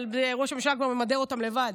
אבל ראש הממשלה כבר ממדר אותם לבד,